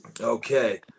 Okay